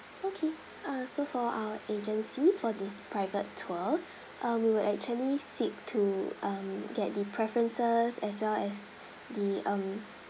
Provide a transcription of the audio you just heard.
okay uh so for our agency for this private tour uh we will actually seek to um get the preferences as well as the um